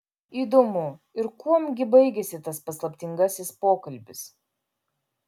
įdomu ir kuom gi baigėsi tas paslaptingasis pokalbis